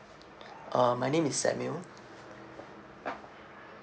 uh my name is samuel